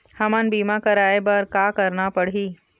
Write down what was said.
हमन बीमा कराये बर का करना पड़ही?